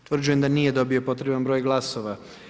Utvrđujem da nije dobio potreban broj glasova.